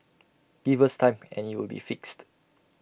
give us time and IT will be fixed